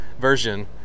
version